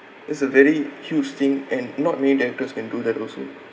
that's a very huge thing and not many directors can do that also